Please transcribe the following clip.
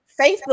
Facebook